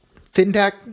fintech